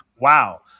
wow